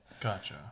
Gotcha